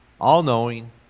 all-knowing